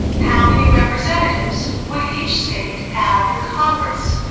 how many representatives would each state have in congress?